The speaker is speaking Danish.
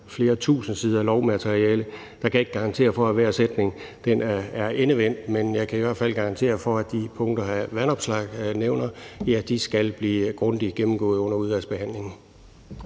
flere tusind sider lovmateriale, kan jeg ikke garantere for, at hver sætning er endevendt, men jeg kan i hvert fald garantere for, at de punkter, hr. Alex Vanopslagh nævner, skal blive grundigt gennemgået under udvalgsbehandlingen.